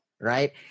Right